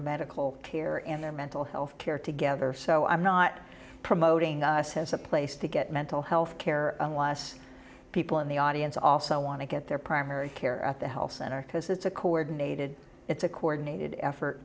medical care and their mental health care together so i'm not promoting us has a place to get mental health care unless people in the audience also want to get their primary care at the health center because it's a coordinated it's a coordinated effort